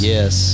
Yes